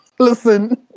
Listen